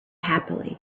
happily